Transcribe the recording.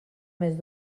més